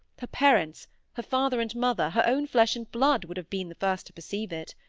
her parents her father and mother her own flesh and blood would have been the first to perceive it.